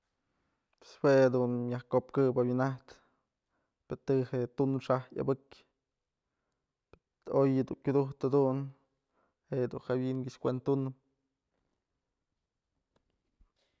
Pues jue dun myaj kopkëp jawinajtë pë të je'e tunxaj yabëkyë pë oy kyudujtë jadun je'e dun jawi'in këx kuendë tunëp.